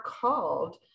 called